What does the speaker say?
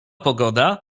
pogoda